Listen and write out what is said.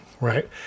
right